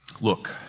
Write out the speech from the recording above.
Look